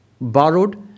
borrowed